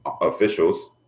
officials